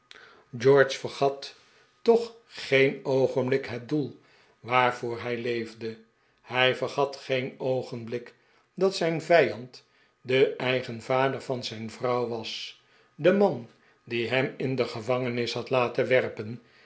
george vergat toch geen oogenblik het doel waarvoor hij leefde hij vergat geen oogenblik dat zijn vijand de eigen vader van zijn vrouw was de man die hem in de gevangenis had laten werpen